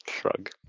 Shrug